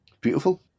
Beautiful